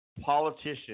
politician